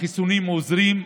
החיסונים עוזרים.